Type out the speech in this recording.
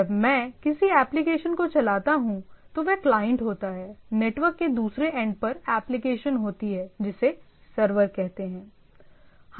जब मैं किसी एप्लिकेशन को चलाता हूं तो वह क्लाइंट होता है नेटवर्क के दूसरे एंड पर एप्लीकेशन होती है जिसे सर्वर कहते है